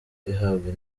ihabwa